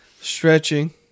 stretching